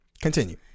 Continue